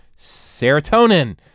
serotonin